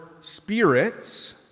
spirits